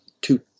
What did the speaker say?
two